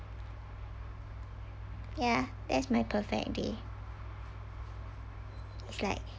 ya that's my perfect day it's like